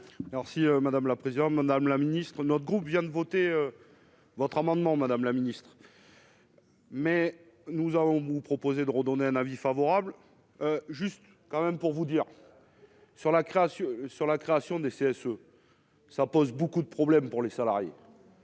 si madame la présidente, madame la ministre, notre groupe vient de voter votre amendement, madame la ministre. Mais nous avons nous proposer, donné un avis favorable, juste quand même pour vous dire sur la création sur la création du CSE ça pose beaucoup de problèmes pour les salariés.